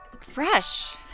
Fresh